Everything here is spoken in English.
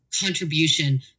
contribution